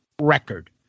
record